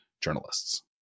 journalists